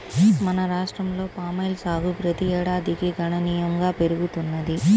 మన రాష్ట్రంలో పామాయిల్ సాగు ప్రతి ఏడాదికి గణనీయంగా పెరుగుతున్నది